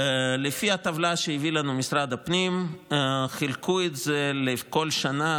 בטבלה שהביא לנו משרד הפנים חילקו את זה לפי שנים,